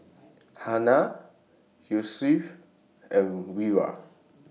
Hana Yusuf and Wira